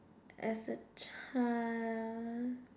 as a child